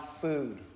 food